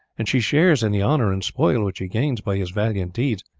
and she shares in the honour and spoil which he gains by his valiant deeds,